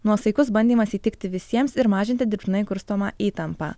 nuosaikus bandymas įtikti visiems ir mažinti dirbtinai kurstomą įtampą